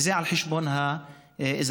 וזה על חשבון האזרחים.